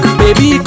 baby